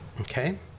okay